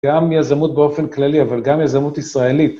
גם מיזמות באופן כללי, אבל גם מיזמות ישראלית.